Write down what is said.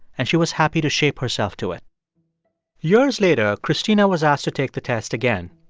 and she was happy to shape herself to it years later, christina was asked to take the test again.